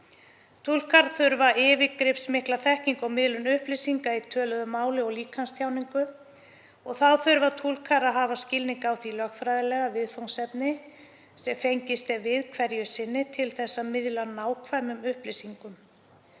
Túlkar þurfa yfirgripsmikla þekkingu á miðlun upplýsinga í töluðu máli og líkamstjáningu. Þá þurfa túlkar að hafa skilning á því lögfræðilega viðfangsefni sem fengist er við hverju sinni til þess að miðla nákvæmum upplýsingum.